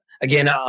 Again